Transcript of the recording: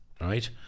right